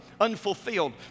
unfulfilled